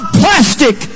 plastic